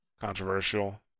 controversial